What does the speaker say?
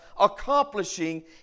accomplishing